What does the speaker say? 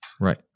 Right